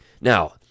Now